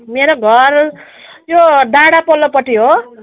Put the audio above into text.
मेरो घर त्यो डाँडा पल्लोपट्टि हो